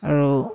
আৰু